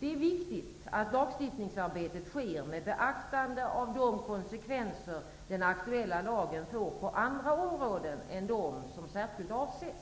Det är viktigt att lagstiftningsarbetet sker med beaktande av de konsekvenser den aktuella lagen får på andra områden än dem som särskilt avses.